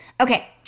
Okay